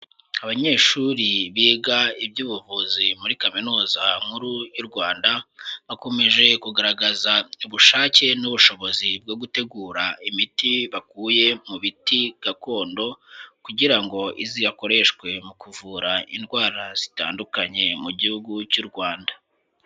Abanyeshuri biga iby'ubuvuzi muri Kaminuza Nkuru y'u Rwanda, bakomeje kugaragaza ubushake n'ubushobozi bwo gutegura imiti bakuye mu biti gakondo kugira ngo izakoreshwe mu kuvura indwara zitandukanye mu gihugu cy'u Rwanda.